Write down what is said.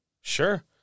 Sure